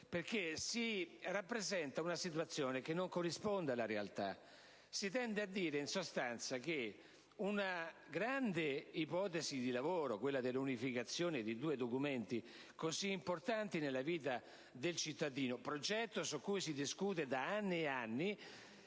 perché si rappresenta una situazione che non corrisponde alla realtà: in sostanza, si tende ad affermare che una grande ipotesi di lavoro come quella dell'unificazione di due documenti così importanti nella vita del cittadino - progetto su cui si discute da molti anni